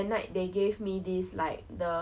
luckily you know I heard that